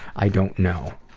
i don't know.